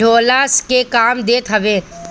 ढोअला के काम देत हवे